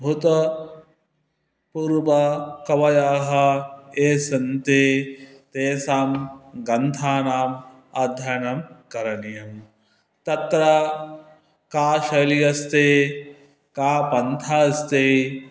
भूतपूर्व कवयः ये सन्ति तेषां ग्रन्थानाम् अध्ययनं करणीयं तत्र का शैली अस्ति का पन्था अस्ति